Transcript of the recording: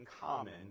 common